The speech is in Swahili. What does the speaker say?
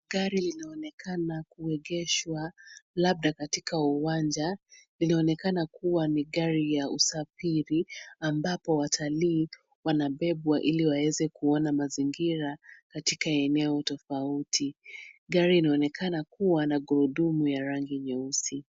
Gari linaonekana kuegeshwa labda katika uwanja, Linaonekana kuwa ni gari ya usafiri ambapo watalii wanabebwa ili waweze kuona mazingira katika eneo tofauti .Gari inaonekana kuwa na gurudumu ya rangi nyeusi.